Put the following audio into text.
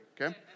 okay